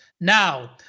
Now